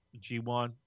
G1